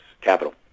capital